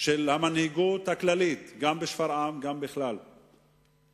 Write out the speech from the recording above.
של המנהיגות הכללית בשפרעם ובכלל,